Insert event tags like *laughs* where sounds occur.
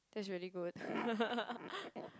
that's really good *laughs*